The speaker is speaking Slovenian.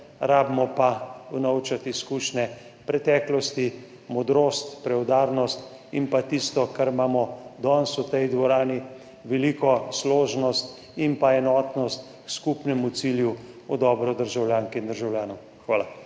Rabimo pa unovčiti izkušnje preteklosti, modrost, preudarnost in tisto, kar imamo danes v tej dvorani, veliko složnost in enotnost za skupni cilj v dobro državljank in državljanov. Hvala.